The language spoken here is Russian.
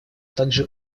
также